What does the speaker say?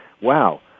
wow